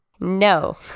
No